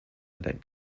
let